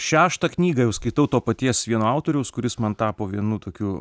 šeštą knygą jau skaitau to paties vieno autoriaus kuris man tapo vienu tokiu